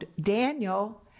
Daniel